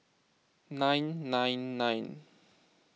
nine nine nine